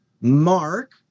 Mark